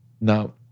Now